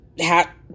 hat